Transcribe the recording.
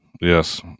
yes